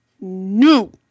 no